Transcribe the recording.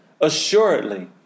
Assuredly